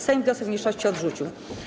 Sejm wniosek mniejszości odrzucił.